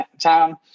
town